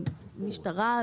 משטרה.